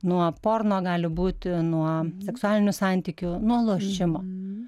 nuo porno gali būti nuo seksualinių santykių nuo lošimo